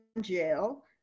jail